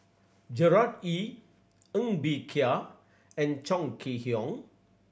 Gerard Ee Ng Bee Kia and Chong Kee Hiong